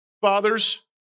fathers